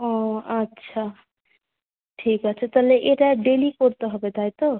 ও আচ্ছা ঠিক আছে তাহলে এটা ডেইলি করতে হবে তাই তো